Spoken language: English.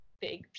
big